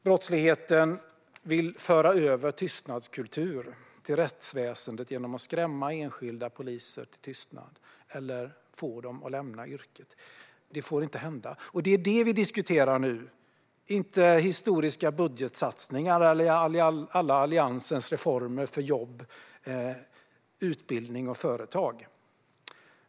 Brottsligheten vill föra över tystnadskulturen till rättsväsendet genom att skrämma enskilda poliser till tystnad eller få dem att lämna yrket. Det får inte hända. Och det är det vi diskuterar nu, inte historiska budgetsatsningar eller alla Alliansens reformer för jobb, utbildning och företag.